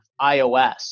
iOS